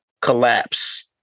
Collapse